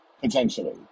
potentially